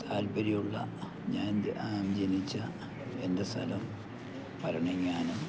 താല്പര്യുമുള്ള ഞാൻ ജനിച്ച എൻ്റെ സ്ഥലം ഭരണെങ്ങാനം